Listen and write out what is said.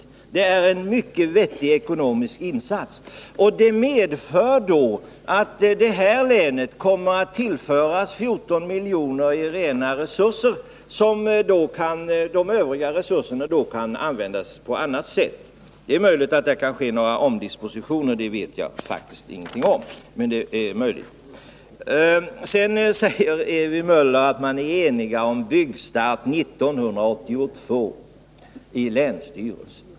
Det är en ekonomiskt mycket vettig insats. Vårt förslag innebär att det här länet kommer att tillföras 14 milj.kr. i rena resurser, och de frigjorda resurserna kan då användas på annat sätt — det är möjligt att det kan ske några omdispositioner, men det vet jag ingenting om. Ewy Möller säger också att man i länsstyrelsen är enig om byggstart 1982.